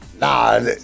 Nah